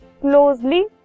closely